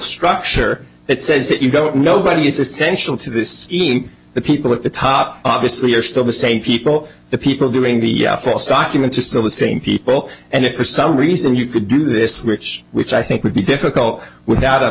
structure that says that you don't nobody is essential to this team the people at the top obviously are still the same people the people doing the false documents are still the same people and for some reason you could do this which which i think would be difficult without